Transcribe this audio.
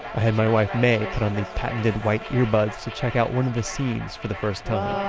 had my wife, mae, put on the patented white earbuds to check out one of the scenes for the first time ah